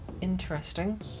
Interesting